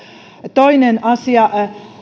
toinen asia